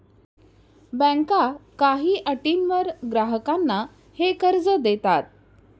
बँका काही अटींवर ग्राहकांना हे कर्ज देतात